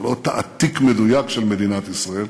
זה לא העתק מדויק של מדינת ישראל,